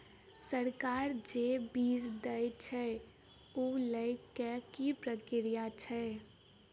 सरकार जे बीज देय छै ओ लय केँ की प्रक्रिया छै?